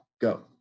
go